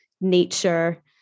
nature